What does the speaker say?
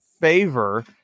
favor